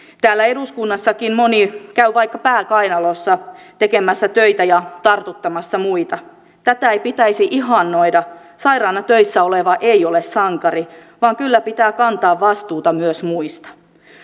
täällä eduskunnassakin moni käy vaikka pää kainalossa tekemässä töitä ja tartuttamassa muita tätä ei pitäisi ihannoida sairaana töissä oleva ei ole sankari vaan kyllä pitää kantaa vastuuta myös muista